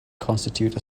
constitute